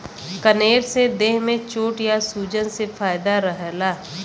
कनेर से देह में चोट या सूजन से फायदा रहला